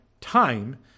time